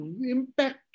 impact